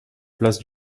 place